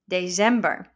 December